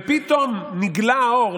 ופתאום נגלה האור,